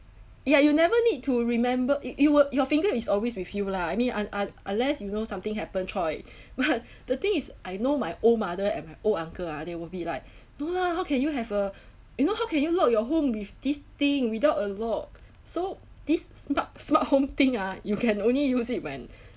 ya you never need to remember y~ you will your finger is always with you lah I mean un~ un~ unless you know something happen !choy! but the thing is I know my old mother and my old uncle ah they will be like no lah how can you have a you know how can you lock your home with this thing without a lock so this smart smart home thing ah you can only use it when